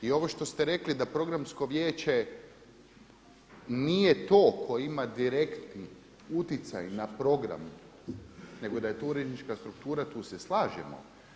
I ovo što ste rekli da Programsko vijeće nije to koje ima direktni utjecaj na program nego da je to urednička struktura, tu se slažemo.